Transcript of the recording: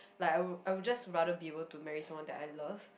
like I would I would just rather be able to marry someone that I love